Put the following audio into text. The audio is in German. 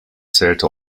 zählte